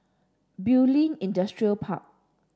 Bulim Industrial Park